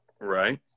right